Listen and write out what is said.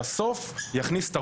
עוד מעט גם אני עבריין שיושב עם